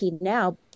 now